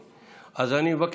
אז אני מבקש.